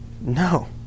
No